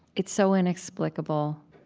it's so inexplicable,